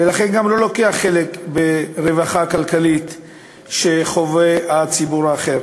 ולכן גם לא לוקחת חלק ברווחה הכלכלית שחווה הציבור האחר.